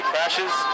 crashes